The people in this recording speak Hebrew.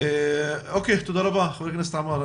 תודה רבה ח"כ עמאר.